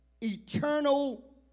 eternal